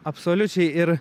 absoliučiai ir